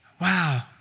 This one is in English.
Wow